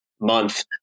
month